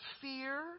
fear